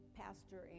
pastor